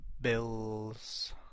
Bills